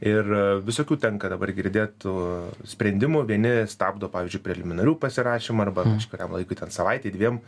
ir visokių tenka dabar girdėt tų sprendimų vieni stabdo pavyzdžiui preliminarių pasirašymą arba kažkuriam laikui ten savaitei dviem